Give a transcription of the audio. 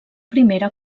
primera